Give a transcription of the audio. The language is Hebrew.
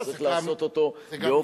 צריך לעשות אותו באופן,